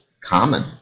common